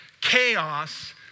chaos